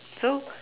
so